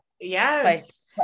Yes